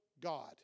God